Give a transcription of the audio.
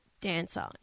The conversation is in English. dancer